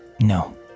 No